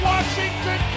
Washington